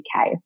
UK